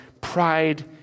pride